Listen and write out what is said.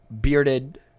Bearded